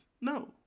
No